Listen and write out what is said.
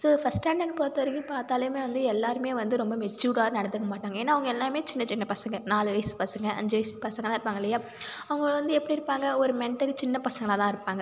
so first standard பொருத்த வரைக்கும் பார்த்தாலுமே வந்து எல்லாருமே வந்து ரொம்ப மெச்சூர்டாக நடந்துக்க மாட்டாங்க ஏன்னா அவங்க எல்லாமே சின்ன சின்ன பசங்க நாலு வயசு பசங்க அஞ்சு வயசு பசங்க தான் இருப்பாங்க இல்லையா அவங்களை வந்து எப்படி இருப்பாங்க ஒரு மெண்டலி சின்ன பசங்களா தான் இருப்பாங்க